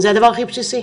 זה הדבר הכי בסיסי,